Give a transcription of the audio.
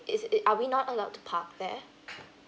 is it are we not allowed to park there